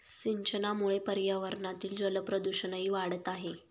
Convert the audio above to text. सिंचनामुळे पर्यावरणातील जलप्रदूषणही वाढत आहे